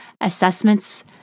assessments